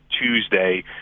Tuesday